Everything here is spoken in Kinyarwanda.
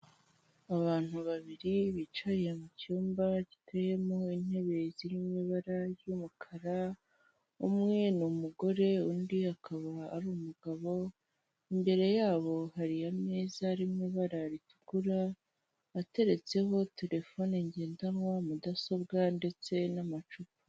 Abantu babiri bicaye mu cyumba giteyemo intebe ziri mu ibara ry'umukara, umwe n'umugore undi akaba ari umugabo, imbere yabo hari ameza arimo ibara ritukura ateretseho telefone ngendanwa, mudasobwa ndetse n'amacupa.